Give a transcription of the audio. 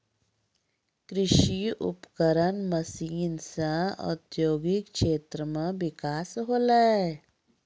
कृषि उपकरण मसीन सें औद्योगिक क्षेत्र म बिकास होलय